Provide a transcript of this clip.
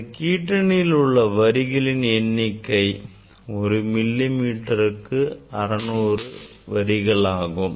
இந்த கீற்றணியில் உள்ள வரிகளின் எண்ணிக்கை ஒரு மில்லி மீட்டருக்கு 600 வரிகளாகும்